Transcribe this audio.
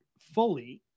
fully